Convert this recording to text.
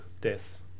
deaths